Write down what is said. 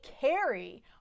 carry